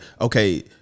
okay